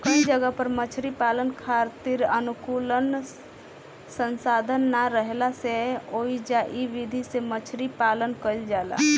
कई जगह पर मछरी पालन खातिर अनुकूल संसाधन ना राहला से ओइजा इ विधि से मछरी पालन कईल जाला